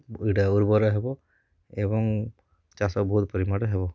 ଭୂମିଟା ଉର୍ବର ହେବ ଏବଂ ଚାଷ ବହୁତ ପରିମାଣରେ ହେବ